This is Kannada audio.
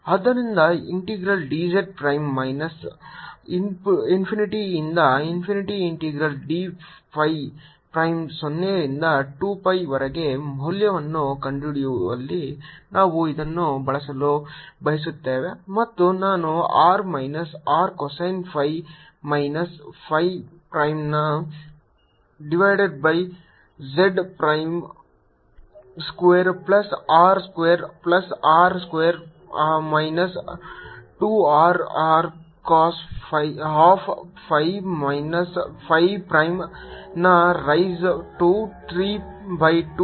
Bin0kz ∞dz02πdϕR rcosϕ ϕz2R2r2 2rRcosϕ 32 ಆದ್ದರಿಂದ ಇಂಟೆಗ್ರಲ್ dz ಪ್ರೈಮ್ ಮೈನಸ್ ಇನ್ಫಿನಿಟಿಯಿಂದ infinity integral d phi prime 0 ರಿಂದ 2 pi ವರೆಗೆ ಮೌಲ್ಯವನ್ನು ಕಂಡುಹಿಡಿಯಲು ನಾವು ಇದನ್ನು ಬಳಸಲು ಬಯಸುತ್ತೇವೆ ಮತ್ತು ನಾನು R minus r cosine phi minus phi ಪ್ರೈಮ್ನ divided by z prime square plus R square plus r square minus 2 r R cosine of phi minus phi ಪ್ರೈಮ್ನ ರೈಸ್ ಟು 3 ಬೈ 2